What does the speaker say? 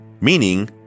meaning